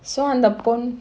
so அந்த பொன்:andha pon